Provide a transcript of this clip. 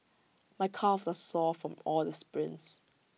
my calves are sore from all the sprints